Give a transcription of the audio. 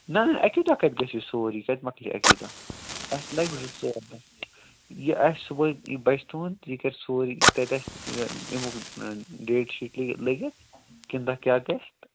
نہ نہ اَکی دۄہ کَتہِ گژھِ یہِ سورُے یہِ کَتہِ مۄکلہِ اَکی دۄہ اَتھ لَگہِ زٕ ژور دۄہ یہِ آسہِ صُبحٲے یہِ بَچہٕ تُہٕنٛد یہِ کَرِ سورُے تَتہِ آسہِ یہِ امیُک یہِ ڈیٹ شیٖٹ لٲگِتھ کمہِ دۄہ کیٛاہ گژھِ